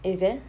is there